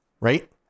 Right